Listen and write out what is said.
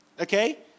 Okay